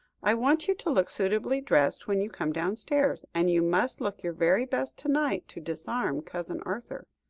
i want you to look suitably dressed when you come downstairs, and you must look your very best to-night, to disarm cousin arthur.